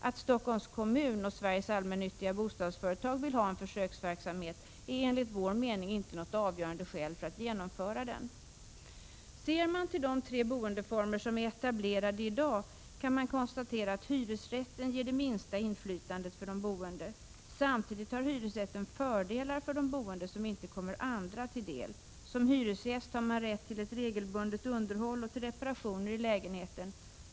Att Stockholms kommun och Sveriges allmännyttiga bostadsföretag vill ha en försöksverksamhet utgör enligt vår mening inte något avgörande skäl för att genomföra den. Ser man till de tre boendeformer som är etablerade i dag, kan man konstatera att hyresrätten ger det minsta inflytandet för de boende. Samtidigt har hyresrätten fördelar för de boende som inte tillkommer andra. Som hyresgäst har man rätt till regelbundet underhåll och reparationer i lägenheten.